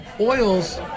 Oils